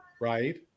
right